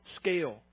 scale